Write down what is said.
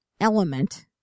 element